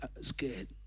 scared